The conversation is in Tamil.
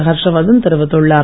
ஹர்ஷவர்தன் தெரிவித்துள்ளார்